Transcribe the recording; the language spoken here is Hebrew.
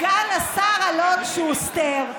סגן השר אלון שוסטר.